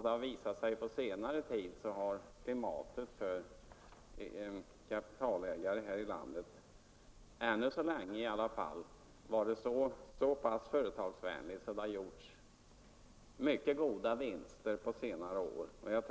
Det har visat sig att klimatet för kapitalägarna här i landet ännu så länge i alla fall varit så pass företagsvänligt att det har gjorts mycket goda vinster på senare år. Det finns